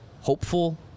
hopeful